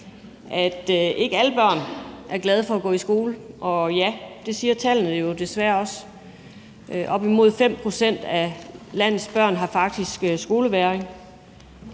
at ikke alle børn er glade for at gå i skole, og det viser tallene jo desværre også. Op imod 5 pct. af landets børn har faktisk skolevægring.